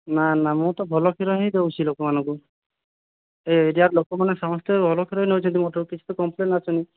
ନା ନା ମୁଁ ତ ଭଲ କ୍ଷୀର ହିଁ ଦେଉଛି ଲୋକମାନଙ୍କୁ ଏ ଏରିଆର ଲୋକମାନେ ସମସ୍ତେ ଭଲ କ୍ଷୀର ହିଁ ନେଉଛନ୍ତି ମୋ ଠାରୁ କିଛିତ କମ୍ପଲେନ ଆସୁନି